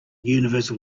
universal